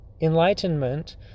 enlightenment